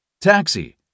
Taxi